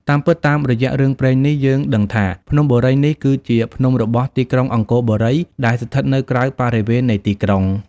តាមពិតតាមរយៈ រឿងព្រេងនេះ យើងដឹងថា ភ្នំបុរីនេះគឺជា ភ្នំរបស់ទីក្រុងអង្គរបូរី ដែលស្ថិតនៅក្រៅ បរិវេណនៃទីក្រុង។